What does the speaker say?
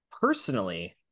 personally